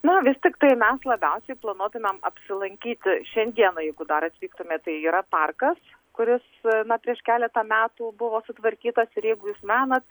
na vis tiktai mes labiausiai planuotumėm apsilankyti šiandieną jeigu dar atvyktumėt tai yra parkas kuris na prieš keletą metų buvo sutvarkytas ir jeigu jūs menat